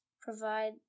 provide